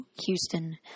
Houston